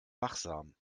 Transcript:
wachsam